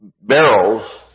barrels